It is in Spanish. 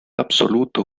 absoluto